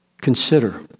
consider